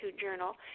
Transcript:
journal